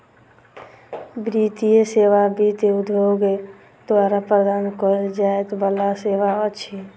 वित्तीय सेवा वित्त उद्योग द्वारा प्रदान कयल जाय बला सेवा अछि